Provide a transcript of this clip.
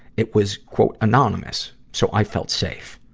it was anonymous so i felt safe.